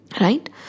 Right